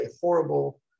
horrible